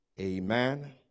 Amen